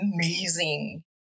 amazing